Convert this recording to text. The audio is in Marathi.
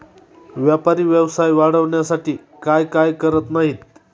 व्यापारी व्यवसाय वाढवण्यासाठी काय काय करत नाहीत